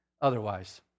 otherwise